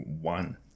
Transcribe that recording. one